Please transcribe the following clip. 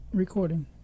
recording